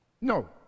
no